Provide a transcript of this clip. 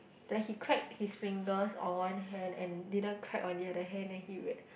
like he crack his fingers on one hand and didn't crack on the other hand then he will